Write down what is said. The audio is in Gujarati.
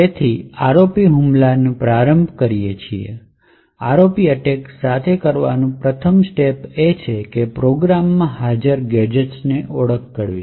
તેથી ROP હુમલાથી પ્રારંભ કરીને ROP એટેક સાથે કરવાનું પ્રથમ એ છે કે પ્રોગ્રામમાં હાજર ગેજેટ્સ ની ઓળખ કરવી